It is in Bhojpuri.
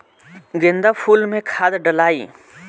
गेंदा फुल मे खाद डालाई?